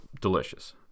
delicious